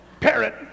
Parrot